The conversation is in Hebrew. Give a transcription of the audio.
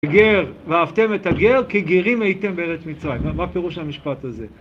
גר, אהבתם את הגר, כי גרים הייתם בארץ מצרים. מה הפירוש של המשפט הזה?